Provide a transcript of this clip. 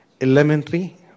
elementary